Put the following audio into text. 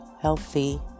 healthy